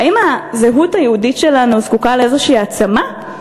האם הזהות היהודית שלנו זקוקה לאיזושהי העצמה?